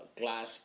glass